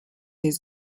his